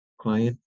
client